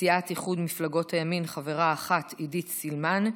סיעת איחוד מפלגות הימין, חברה אחת: עידית סילמן,